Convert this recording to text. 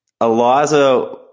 Eliza